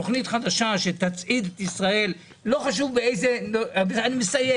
תוכנית חדשה שתצעיד את ישראל אני מסיים